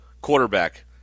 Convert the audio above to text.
quarterback